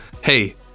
hey